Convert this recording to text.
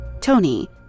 Tony